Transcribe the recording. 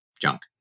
junk